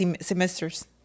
semesters